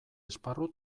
esparru